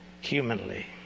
humanly